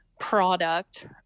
product